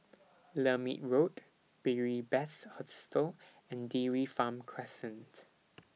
Lermit Road Beary Best Hostel and Dairy Farm Crescent